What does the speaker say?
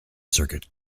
circuit